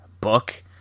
book